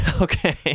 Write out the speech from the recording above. Okay